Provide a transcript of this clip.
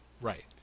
Right